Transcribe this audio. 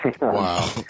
Wow